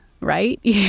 right